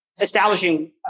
establishing